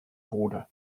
border